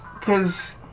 cause